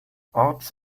orts